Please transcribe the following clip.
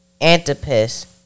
Antipas